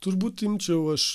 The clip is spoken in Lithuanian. turbūt imčiau aš